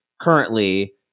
currently